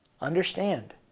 Understand